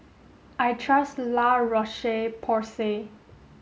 I trust La Roche Porsay